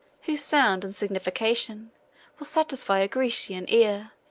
whose sound and signification will satisfy a grecian ear.